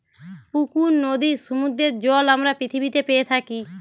পুকুর, নদীর, সমুদ্রের জল আমরা পৃথিবীতে পেয়ে থাকি